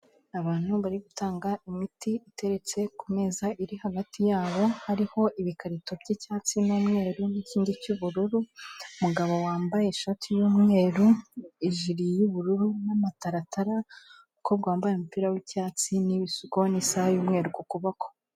Abantu bari gutanga imiti iteretse ku meza iri hagati yabo, hariho ibikarito by'icyatsi n'umweru ni'kindi cy'ubururu, umugabo wambaye ishati y'umweru, ijiri y'ubururu, n'amataratara, umukobwa wambaye umupira w'icyatsi, n'ibisuko, n'isaha y'umweru ku kuboko.